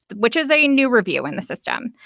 which is a new review in the system.